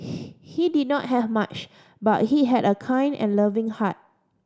he did not have much but he had a kind and loving heart